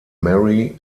mary